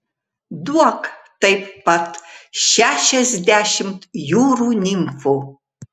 duok taip pat šešiasdešimt jūrų nimfų